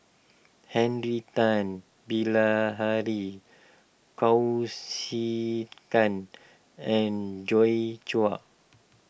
Henry Tan Bilahari Kausikan and Joi Chua